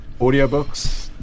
Audiobooks